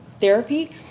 therapy